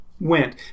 went